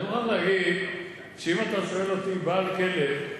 אני מוכרח להגיד שאם אתה שואל אותי, בעל כלב,